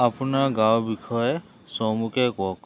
আপোনাৰ গাঁৱৰ বিষয়ে চমুকৈ কওক